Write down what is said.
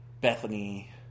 Bethany